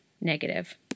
negative